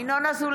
אינו נוכח